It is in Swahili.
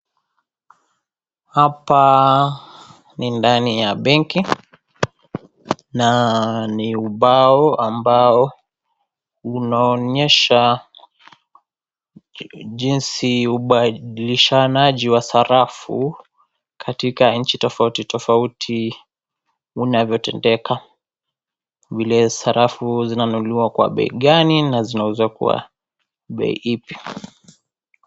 Hapa ni ndani ya benki, na ni ubao ambao unaonyesha jinsi ubadilishanaji wa sarafu katika nchi tofauti tofauti unavyotendeka. Vile sarafu zinanunuliwa kwa bei gani, na zinauzwa kwa bei ipi.